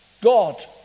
God